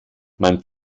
man